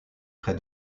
près